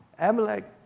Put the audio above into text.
Amalek